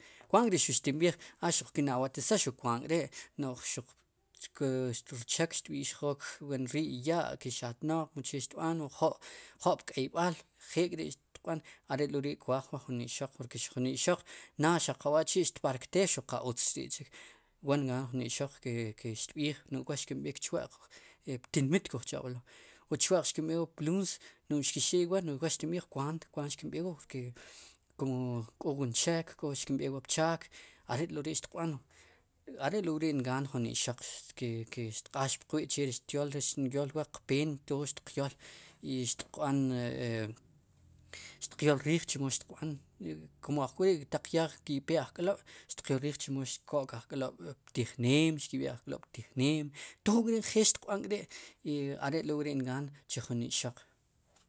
Kwaant k'ri'xtinb'ij xuq kin awatnsaj, xuq kwaant k'ri' no'j xuq rchek xtb'ixook ri'i ya' kixatnoq mu che xtb'an no'jo' pk'eyb'al njel k'ri'xtiq b'an are't'lori' jun ixoq kwaaj waa, jun ixoq naad xaq awa'chi' xtparkteel xuq qa utz chri'chi' wa ngaan jun ixoq ke xtb'iij wa ixkinb'eek ptinmit kuj chab'elo' o chwa'q xkinb'eek wa pluuns no'j xkix eek iwaa waa xtinb'iij waa kwaant kwaant xkinb'eek waa porque kum k'o wan cheek xkimb'eek wa pchaak are' t'lori' xtiqb'an, are'wari' ngaan jun ixoq ke, ke xtq'aax puq wi' xtyool, xtinyoolwaa qpeen tood xtiq yool i xtiqb'an i xtiq yool riij chemo xtiq b'an kum ojk'orii ataq ya xki' pee ajk'lob' xtiq yool riij chemo xko'k ajk'lob' ptij neem, chemo xki'b'eek ajk'lob'ptijneem tood k'ri' njeel xtiqb'an k'ri' i are't'lo wari' nqaan jun ixoq.